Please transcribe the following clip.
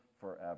forever